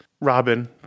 Robin